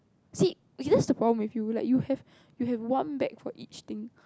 see that's the problem with you right you have you have one bag for each thing